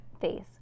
face